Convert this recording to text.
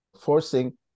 forcing